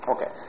Okay